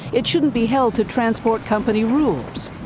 it shouldn't be held to transport company rules.